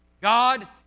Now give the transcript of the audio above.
God